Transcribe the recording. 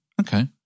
Okay